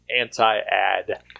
anti-ad